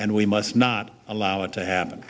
and we must not allow it to happen